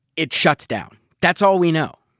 it shuts down. that's all we know.